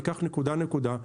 ניקח נקודה נקודה.